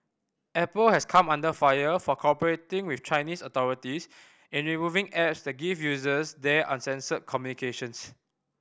Apple has come under fire for cooperating with Chinese authorities in removing apps that give users there uncensored communications